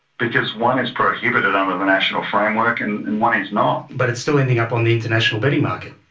because one is prohibited under um ah the national framework and and one is not. but it's still ending up on the international betting market.